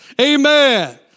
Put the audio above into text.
Amen